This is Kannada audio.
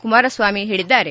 ಕುಮಾರಸ್ನಾಮಿ ಹೇಳಿದ್ದಾರೆ